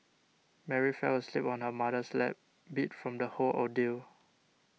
Mary fell asleep on her mother's lap beat from the whole ordeal